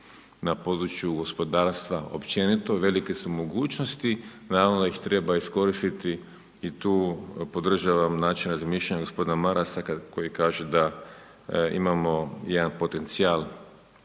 na području gospodarstva općenito, velike su mogućnosti, naravno da ih treba iskoristiti i tu podržavam način razmišljanja g. Marasa koji kaže da imamo jedan potencijal